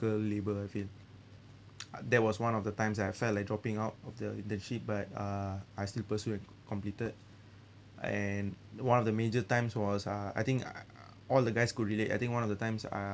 labour thing that was one of the times I felt like dropping out of the internship but uh I still pursue and completed and one of the major times was uh I think uh all the guys could relate I think one of the times uh